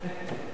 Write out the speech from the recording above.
הם הסירו.